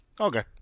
Okay